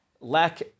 lack